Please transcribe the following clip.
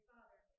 Father